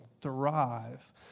thrive